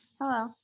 Hello